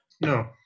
No